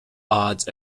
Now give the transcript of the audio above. odds